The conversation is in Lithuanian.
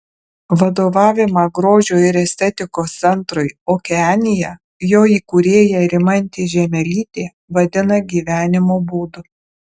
vadovavimą grožio ir estetikos centrui okeanija jo įkūrėja rimantė žiemelytė vadina gyvenimo būdu